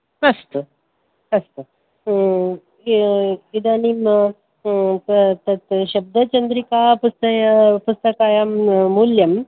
अस्तु अस्तु इ इदानीम् त तत् शब्दचन्द्रिका पुस्तया पुस्तकायां मूल्यम्